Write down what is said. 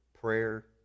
prayer